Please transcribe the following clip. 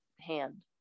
hand